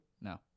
No